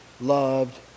Loved